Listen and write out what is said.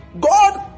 God